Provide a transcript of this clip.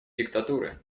диктатуры